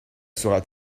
sera